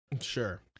Sure